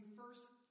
first